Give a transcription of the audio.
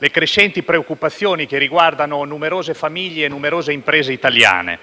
le crescenti preoccupazioni che riguardano numerose famiglie e numerose imprese italiane.